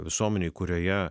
visuomenėj kurioje